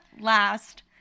last